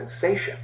sensation